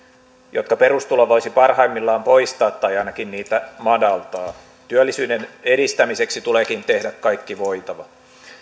jotka perustulo voisi parhaimmillaan poistaa tai ainakin niitä madaltaa työllisyyden edistämiseksi tuleekin tehdä kaikki voitava